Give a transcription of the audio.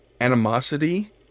animosity